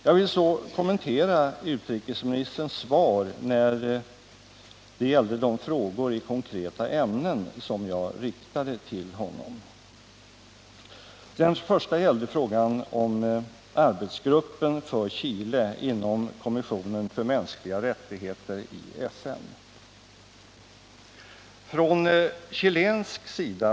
Jag vill så kommentera utrikesministerns svar när det gällde de frågor i konkreta ämnen som jag riktade till honom. Den första gällde arbetsgruppen för Chile inom kommissionen för mänskliga rättigheter i FN.